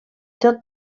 tot